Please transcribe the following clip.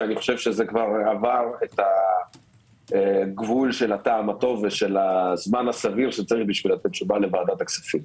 וזה עבר את הגבול של הטעם הטוב ושל הזמן הסביר לתת זמן לוועדת הכספים.